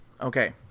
Okay